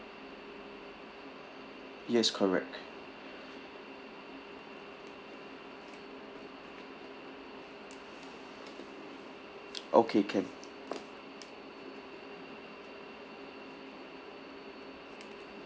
yes correct okay can